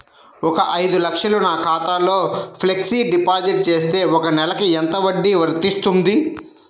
ఒక ఐదు లక్షలు నా ఖాతాలో ఫ్లెక్సీ డిపాజిట్ చేస్తే ఒక నెలకి ఎంత వడ్డీ వర్తిస్తుంది?